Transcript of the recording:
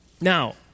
Now